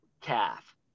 calf